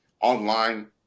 online